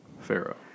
Pharaoh